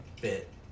bit